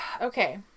Okay